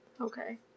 Okay